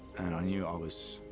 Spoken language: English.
and i knew i was.